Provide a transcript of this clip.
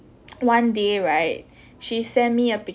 one day right she sent me a picture